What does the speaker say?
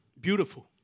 beautiful